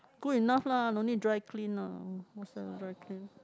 good enough lah no need dry clean lah what's there to dry clean